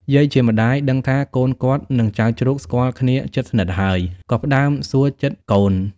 យាយជាម្ដាយដឹងថាកូនគាត់នឹងចៅជ្រូកស្គាល់គ្នាជិតស្និទ្ធហើយ ក៏ផ្ដើមសួរចិត្ដកូន។